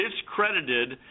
discredited